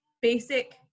basic